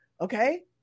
Okay